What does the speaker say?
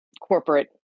corporate